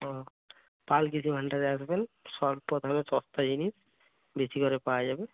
ও পাল কৃষিভাণ্ডারে আসবেন স্বল্প দামে সস্তা জিনিস বেশি করে পাওয়া যাবে